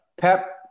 Pep